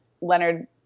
Leonard